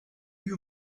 you